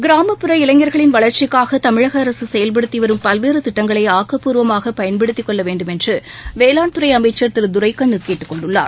கிராமப்புற இளைஞர்களின் வளர்ச்சிக்காக தமிழக அரசு செயல்படுத்தி வரும் பல்வேறு திட்டங்களை ஆக்கப்பூர்வமாக பயன்படுத்தக்கொள்ள வேண்டும் என்று வேளாண் துறை அமைச்சர் திரு துரைகண்ணு கேட்டுக்கொண்டுள்ளார்